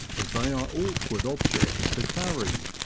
as they are awkward objects to carry.